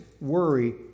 worry